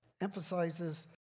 emphasizes